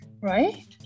right